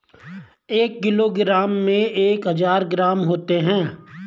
एक किलोग्राम में एक हजार ग्राम होते हैं